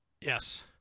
Yes